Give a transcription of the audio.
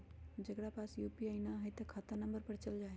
जेकरा पास यू.पी.आई न है त खाता नं पर चल जाह ई?